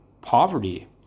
poverty